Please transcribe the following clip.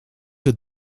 het